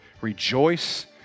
rejoice